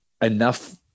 enough